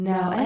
Now